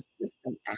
system